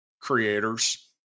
creators